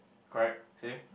correct same